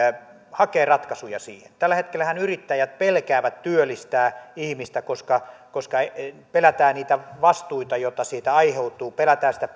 hakee ratkaisuja siihen tällä hetkellähän yrittäjät pelkäävät työllistää ihmistä koska koska pelätään niitä vastuita joita siitä aiheutuu pelätään sitä